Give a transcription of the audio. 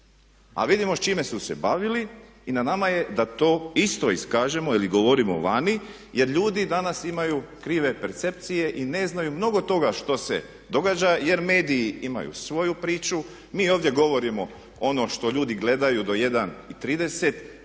A vidimo s čime su se bavili i na nama je da to isto iskažemo ili govorimo vani jer ljudi danas imaju krive percepcije i ne znaju mnogo toga što se događa jer mediji imaju svoju priču, mi ovdje govorimo ono što ljudi gledaju do 1,30